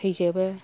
थैजोबो